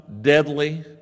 deadly